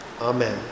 Amen